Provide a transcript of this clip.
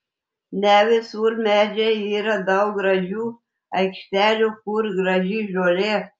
ne visur medžiai yra daug gražių aikštelių kur graži žolė